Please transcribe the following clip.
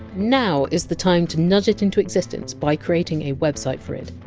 now is the time to nudge it into existence by creating a website for it.